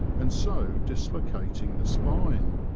and so dislo cating the spine.